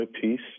peace